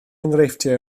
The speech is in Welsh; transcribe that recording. enghreifftiau